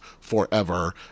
forever